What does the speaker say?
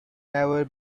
never